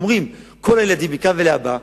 כולם אומרים: כל הילדים מכאן ולהבא,